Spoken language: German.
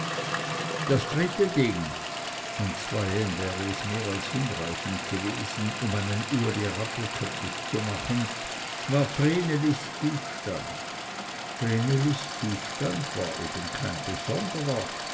das dritte ding an zweien wäre es mehr als hinreichend gewesen um einen uli rappelköpfig zu machen war vrenelis zustand vrenelis zustand war eben kein besonderer